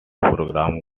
program